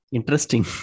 Interesting